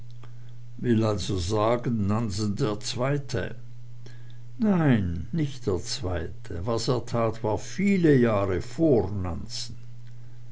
will also sagen nansen der zweite nein nicht der zweite was er tat war viele jahre